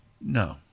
No